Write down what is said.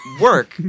work